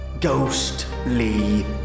ghostly